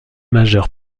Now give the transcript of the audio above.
majeur